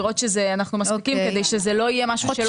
כדי לראות שאנחנו מספיקים ושזה לא יהיה משהו שלא יהיה ניתן לעמוד בו.